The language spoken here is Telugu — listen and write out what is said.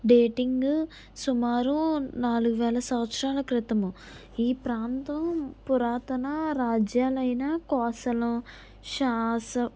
డేటింగ్ సుమారు నాలుగు వేల సంవత్సరాల క్రితము ఈ ప్రాంతం పురాతన రాజ్యాలైనా కోసలు షాస్